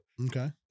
okay